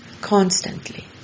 constantly